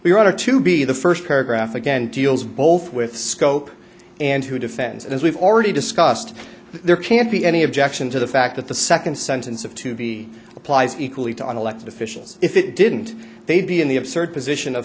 were to be the first paragraph again deals both with scope and who defends and as we've already discussed there can't be any objection to the fact that the second sentence of to be applies equally to an elected officials if it didn't they'd be in the absurd position of